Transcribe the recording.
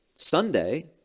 Sunday